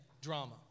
drama